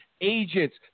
Agents